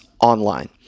online